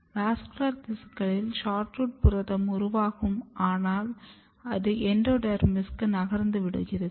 vascular திசுக்களில் SHORT ROOT புரதம் உருவாகும் ஆனால் அது எண்டோடெர்மிஸுக்கு நகர்ந்துவிடுகிறது